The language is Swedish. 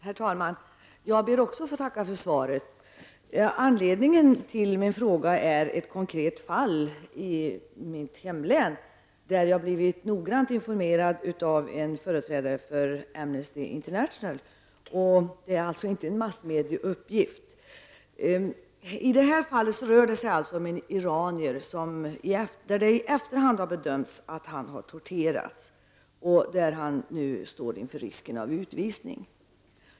Herr talman! Också jag ber att få tacka för svaret. Anledningen till min fråga är ett konkret fall i mitt hemlän, där jag blivit noggrant informerad av en företrädare för Amnesty International. Det är alltså inte en massmedieuppgift som ligger bakom min fråga. Det rör sig i det här fallet om en iranier, beträffande vilken man i efterhand har gjort den bedömningen att han har torterats och vilken nu står inför risken av utvisning.